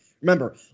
Remember